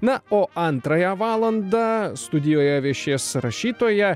na o antrąją valandą studijoje viešės rašytoja